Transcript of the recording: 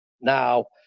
now